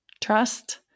trust